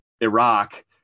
Iraq